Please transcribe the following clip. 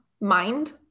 mind